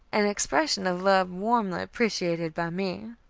an expression of love warmly appreciated by me